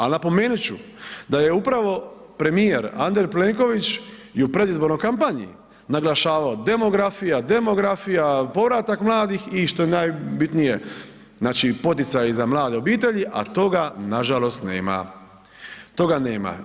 Ali napomenut ću, da je upravo premijer Andrej Plenković i u predizbornoj kampanji naglašavao demografija, demografija, povratak mladih i što je najbitnije poticaji za mlade obitelji, a toga nažalost nema, toga nema.